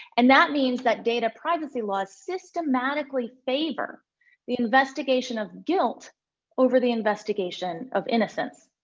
and that means that data privacy laws, systematically, favor the investigation of guilt over the investigation of innocence.